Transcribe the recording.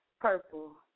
purple